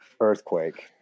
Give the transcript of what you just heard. earthquake